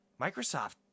Microsoft